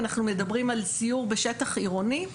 אנחנו מדברים על סיור בשטח עירוני,